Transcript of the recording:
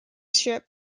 ship